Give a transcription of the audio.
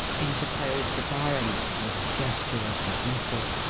interposed the baron with a gesture of dismissal.